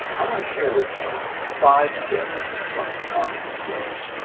i'm going to share with you five tips from photography pros.